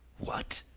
what!